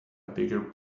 bigger